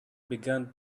began